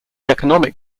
economic